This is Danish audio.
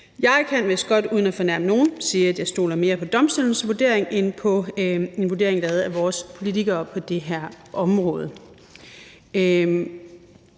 Jeg kan vist godt uden at fornærme nogen sige, at jeg stoler mere på domstolenes vurdering end på en vurdering lavet af vores politikere på det her område.